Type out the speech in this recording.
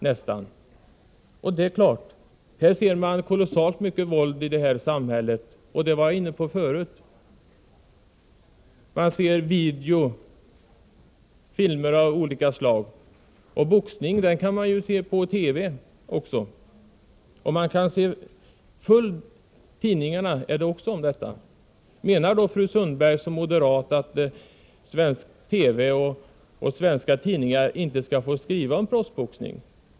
Vi får se mycket våld i detta samhälle, vilket jag också var inne på i mitt tidigare inlägg. Det är t.ex. våld i videofilmer i olika slag. Boxning kan också ses på TV, och man kan läsa mycket om den sporten i tidningarna. Menar då fru Sundberg som moderat att svensk TV och svenska tidningar inte skall få visa resp. skriva om proffsboxning?